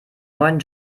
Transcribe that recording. neuen